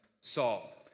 Saul